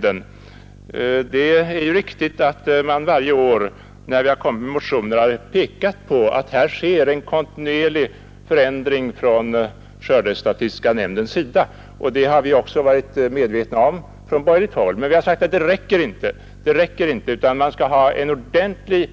Det är riktigt att man varje år, när motioner väckts, har pekat på att skördestatistiska nämnden utför en fortlöpande översyn av metodiken för skördeuppskattning och ersättningsberäkning. Det har vi varit medvetna om även från borgerligt håll. Men vi har sagt att det inte räcker. Det måste ske en ordentlig